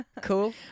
cool